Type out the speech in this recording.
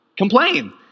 complain